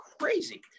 crazy